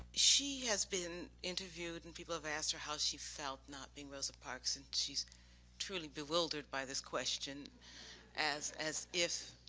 she has been interviewed and people have asked her how she felt not being rosa parks and she's truly bewildered by this question as as if